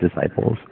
disciples